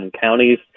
counties